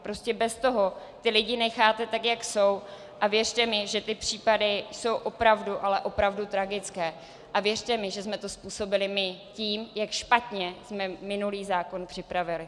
Prostě bez toho ty lidi necháte tak, jak jsou, a věřte mi, že ty případy jsou opravdu, ale opravdu tragické, a věřte mi, že jsme to způsobili my tím, jak špatně jsme minulý zákon připravili.